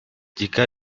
jika